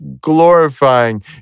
glorifying